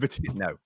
No